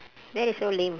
that is so lame